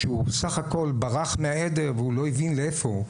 שהוא בסך הכול ברח מהעדר והוא לא הבין איפה הוא.